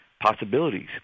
possibilities